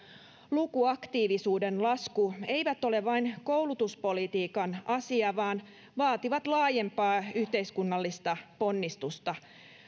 lukuaktiivisuuden lasku eivät ole vain koulutuspolitiikan asia vaan vaativat laajempaa yhteiskunnallista ponnistusta